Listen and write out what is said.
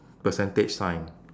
percentage sign